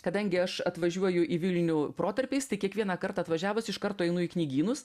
kadangi aš atvažiuoju į vilnių protarpiais tai kiekvieną kartą atvažiavus iš karto einu į knygynus